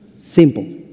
Simple